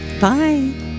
Bye